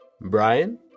Brian